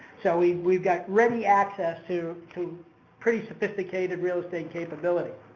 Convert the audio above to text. so, we've we've got ready access to, to pretty sophisticated real estate capability.